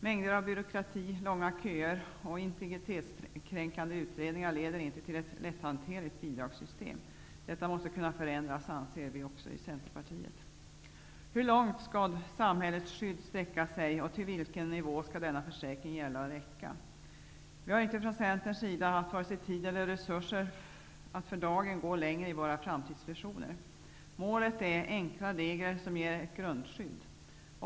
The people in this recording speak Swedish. Mäng der av byråkrati, långa köer och integritetskrän kande utredningar leder inte till ett lätthanterligt bidragssystem. Detta måste kunna förändras, an ser vi i Centerpartiet. Hur långt skall samhällets skydd sträcka sig, och till vilken nivå skall denna försäkring gälla och räcka? Vi har inte från Centerns sida haft vare sig tid eller resurser att för dagen gå längre i våra framtidsvisioner. Målet är enkla regler, som ger ett grundskydd.